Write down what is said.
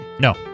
No